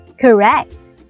Correct